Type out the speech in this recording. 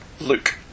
Luke